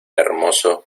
hermoso